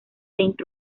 saint